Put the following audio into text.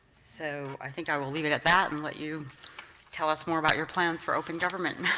so i think i will leave it at that and let you tell us more about your plans for open government.